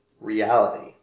Reality